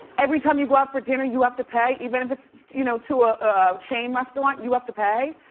every time you go out for dinner, you have to pay, even if it's you know to a chain restaurant, you have to pay?